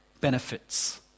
benefits